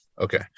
Okay